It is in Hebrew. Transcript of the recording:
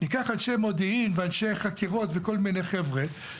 ניקח אנשי מודיעין ואנשי חקירות וכל מיני חבר'ה,